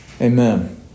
Amen